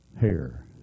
hair